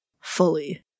fully